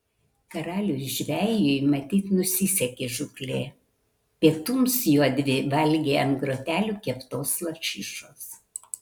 karaliui žvejui matyt nusisekė žūklė pietums jodvi valgė ant grotelių keptos lašišos